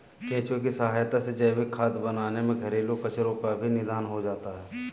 केंचुए की सहायता से जैविक खाद बनाने में घरेलू कचरो का भी निदान हो जाता है